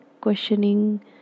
questioning